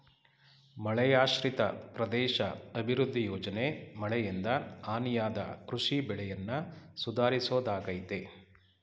ಮಳೆಯಾಶ್ರಿತ ಪ್ರದೇಶ ಅಭಿವೃದ್ಧಿ ಯೋಜನೆ ಮಳೆಯಿಂದ ಹಾನಿಯಾದ ಕೃಷಿ ಬೆಳೆಯನ್ನ ಸುಧಾರಿಸೋದಾಗಯ್ತೆ